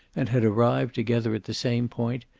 and had arrived together at the same point,